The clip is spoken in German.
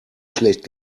schlecht